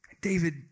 David